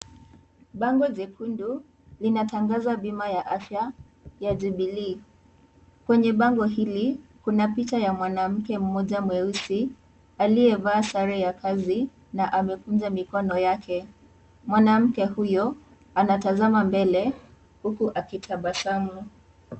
Bango jekundu, linatangaza bima ya afya ya Jubilee. Kwenye bango hili, kuna picha ya mwanamke mmoja mweusi, aliyevaa sare ya kazi na amekunja mikono yake. Mwanamke huyo, anatazama mbele ,huku akitabasamu.